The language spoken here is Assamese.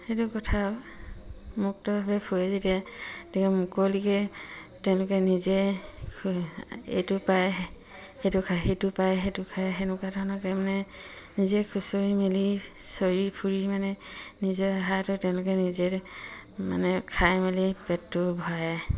সেইটো কথা মুক্তভাৱে ফুৰে যেতিয়া তেতিয়া মুকলিকৈ তেওঁলোকে নিজে এইটো পায় সেইটো খায় সেইটো পায় সেইটো খায় তেনেকুৱা ধৰণকে মানে নিজে খুঁচৰি মেলি চৰি ফুৰি মানে নিজৰ আহাৰটো তেওঁলোকে নিজে মানে খাই মেলি পেটটো ভৰাই